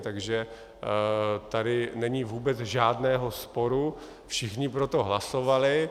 Takže tady není vůbec žádného sporu, všichni pro to hlasovali.